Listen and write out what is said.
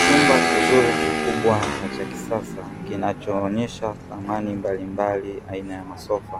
Chumba kizuri kikubwa na cha kisasa kinachoonyesha samani mbalimbali aina ya masofa;